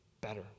better